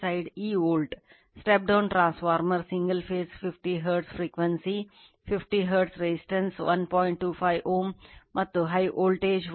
ಮತ್ತು ಈ I1 cos Φ1 ಮತ್ತು I1 sin Φ1 I1 sin Φ1 I1 cos Φ1 ಮತ್ತು Φ1 ಪಡೆಯುತ್ತದೆ